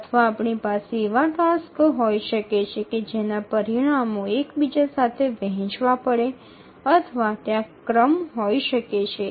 আমাদের এমন কার্য থাকতে পারে যার ফলাফল একে অপরের সাথে ভাগ করে দেয় বা অগ্রাধিকারের ক্রম তৈরি করে